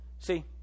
See